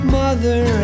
mother